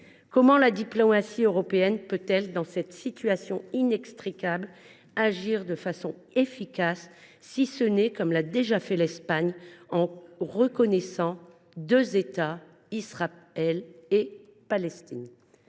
Comment la diplomatie européenne peut elle, dans cette situation inextricable, agir de façon efficace, si ce n’est, comme l’a déjà fait l’Espagne, en reconnaissant deux États, Israël et la Palestine ?